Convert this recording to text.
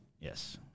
Yes